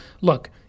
look